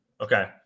Okay